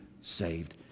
saved